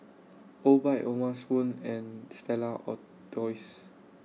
Obike O'ma Spoon and Stella Artois